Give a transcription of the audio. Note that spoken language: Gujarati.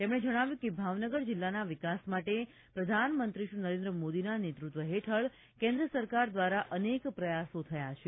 તેમણે જણાવ્યું હતું કે ભાવનગર જીલ્લાના વિકાસ માટે પ્રધાનમંત્રી શ્રી નરેન્દ્ર મોદીના નેતૃત્વ હેઠળ કેન્દ્ર સરકાર ધ્વારા અનેક પ્રયાસો થયા છે